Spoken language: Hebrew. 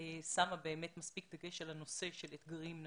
שמה מספיק דגש על הנושא של אתרים נפשיים.